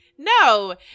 No